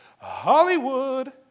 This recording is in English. Hollywood